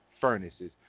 furnaces